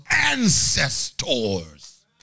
ancestors